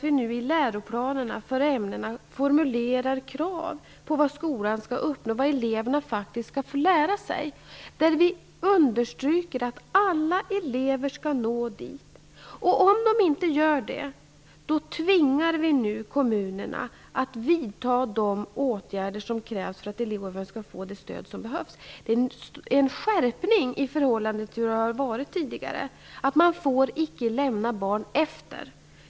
Vi formulerar nu också krav på vad skolan skall uppnå och vad eleverna faktiskt skall få lära sig i läroplanerna för varje ämne. Vi understryker att alla elever skall nå till denna nivå. Om de inte gör det tvingar vi kommunerna att vidta de åtgärder som krävs för att eleven skall få det stöd som behövs. Det är en skärpning i förhållande till hur det har varit tidigare. Man får icke lämna barn efter.